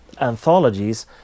anthologies